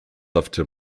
after